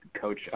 Coach